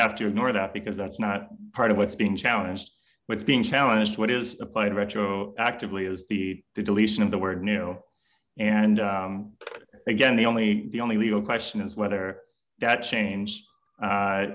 have to ignore that because that's not part of what's being challenged but it's being challenged what is applied retroactively is the deletion of the word no and again the only the only legal question is whether that change